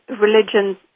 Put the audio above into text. religion